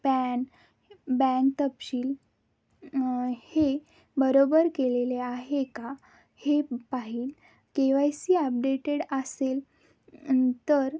pan bank तपशील हे बरोबर केलेले आहे का हे पाहील के वाय सी अपडेटेड असेल तर